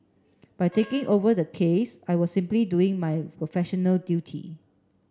by taking over the case I was simply doing my professional duty